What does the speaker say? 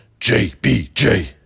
JBJ